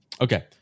okay